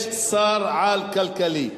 יש שר-על כלכלי,